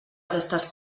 aquestes